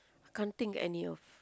can't think any of